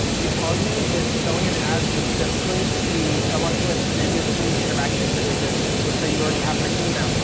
retargeting is showing an ad specifically to someone who has previously interacted with your business. let's say you already have their email,